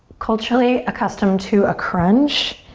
culturally accustomed to a crunch,